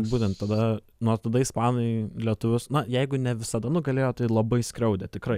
būtent tada nuo tada ispanai lietuvius na jeigu ne visada nugalėjo tai labai skriaudė tikrai